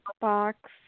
box